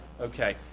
Okay